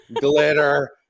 glitter